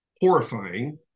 horrifying